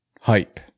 hype